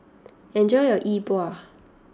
enjoy your Yi Bua